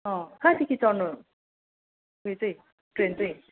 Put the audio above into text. कहाँदेखि चढ्नु उयो चाहिँ ट्रेन चाहिँ